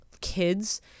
kids